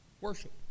Worship